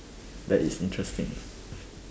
that is interesting